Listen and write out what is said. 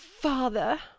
father